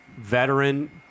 veteran